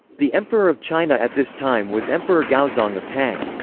the emperor of china at this time was emperor gaozong of tang.